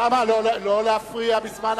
לתיקון פקודת העיתונות (הגבלה על הפצתו בחינם של עיתון